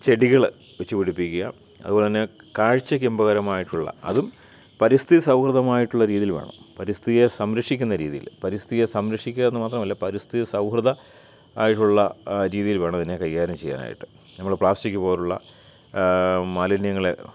ചെടികൾ വെച്ചു പിടിപ്പിക്കുക അതുപോലെതന്നെ കാഴ്ച്ചയ്ക്കിമ്പകരമായിട്ടുള്ള അതും പരിസ്ഥിതി സൗഹൃദമായിട്ടുള്ള രീതിയിൽ വേണം പരിസ്ഥിയെ സംരക്ഷിക്കുന്ന രീതിയിൽ പരിസ്ഥിയെ സംരക്ഷിക്കുകയെന്ന് മാത്രമല്ല പരിസ്ഥിതി സൗഹൃദം ആയിട്ടുള്ള രീതിയിൽ വേണമിതിനെ കൈകാര്യം ചെയ്യാനായിട്ട് നമ്മൾ പ്ലാസ്റ്റിക്ക് പോലെയുള്ള മാലിന്യങ്ങളെ